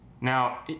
Now